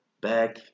back